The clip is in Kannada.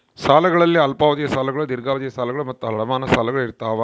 ಸಾಲಗಳಲ್ಲಿ ಅಲ್ಪಾವಧಿಯ ಸಾಲಗಳು ದೀರ್ಘಾವಧಿಯ ಸಾಲಗಳು ಮತ್ತು ಅಡಮಾನ ಸಾಲಗಳು ಇರ್ತಾವ